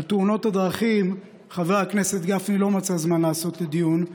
על תאונות הדרכים חבר הכנסת גפני לא מצא זמן לעשות דיון.